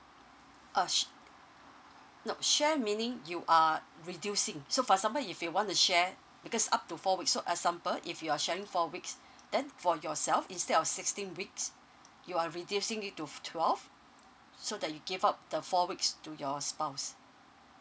uh sh~ no share meaning you are reducing so for example if you want to share because up to four week so example if you're sharing four weeks then for yourself instead of sixteen weeks you are reducing it to twelve so that you gave up the four weeks to your spouse